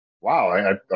wow